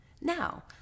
Now